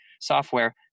software